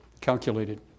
calculated